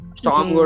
storm